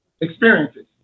experiences